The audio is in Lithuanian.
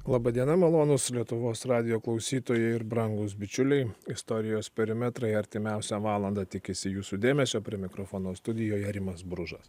laba diena malonūs lietuvos radijo klausytojai ir brangūs bičiuliai istorijos perimetrai artimiausią valandą tikisi jūsų dėmesio prie mikrofono studijoje rimas bružas